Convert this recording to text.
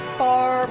far